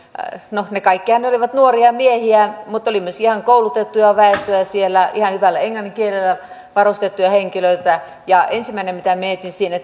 no kaikkihan olivat nuoria miehiä mutta oli myös ihan koulutettua väestöä siellä ihan hyvällä englannin kielellä varustettuja henkilöitä ensimmäinen mitä mietin siinä